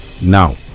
now